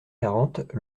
quarante